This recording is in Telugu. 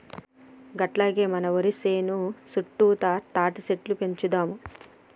అట్లాగే మన వరి సేను సుట్టుతా తాటిసెట్లు పెంచుదాము